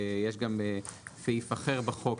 יש גם סעיף אחר בחוק,